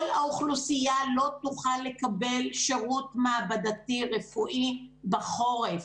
כל האוכלוסייה לא תוכל לקבל שירות מעבדתי רפואי בחורף